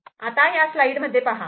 A C' आता ह्या स्लाइडमध्ये पहा